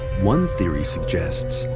one theory suggests,